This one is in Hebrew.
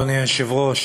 אדוני היושב-ראש,